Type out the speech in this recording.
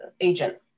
agent